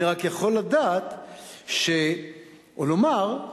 אני רק יכול לדעת או לומר,